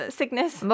sickness